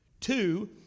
Two